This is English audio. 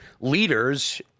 leaders